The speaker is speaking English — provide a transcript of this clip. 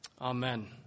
Amen